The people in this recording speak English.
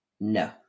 No